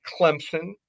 Clemson